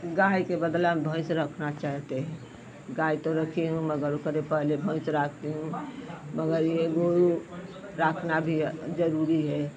गाय के बदला भैंस रखना चाहते हैं गाय तो रखे हूँ मगर ओकरे पहले भैंस रखते हूँ मगर ये गोरू रखना भी जरूरी है